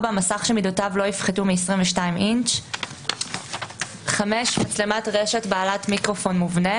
מסך שמידותיו לא יפחתו מ-22 אינץ'; מצלמת רשת בעלת מיקרופון מובנה,